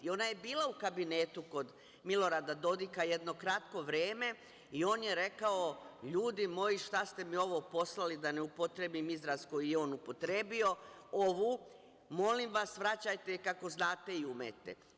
I ona je bila u kabinetu kod Milorada Dodika jedno kratko vreme i on je rekao - ljudi moji, šta ste mi ovo poslali - da ne upotrebim izraz koji je on upotrebio - ovu, molim vas, vraćajte kako znate i umete.